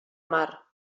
mar